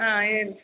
ಹಾಂ ಏನು